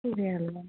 ಇದೆ ಅಲ್ಲ